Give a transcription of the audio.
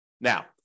Now